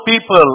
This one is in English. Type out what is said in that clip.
people